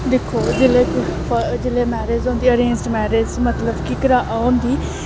दिक्खो जिल्लै जिल्लै मैरिज होंदी अरेंज्ड मैरिज मतलब कि घरा ओह् होंदी